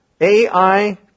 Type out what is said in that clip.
AI